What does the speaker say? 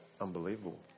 Unbelievable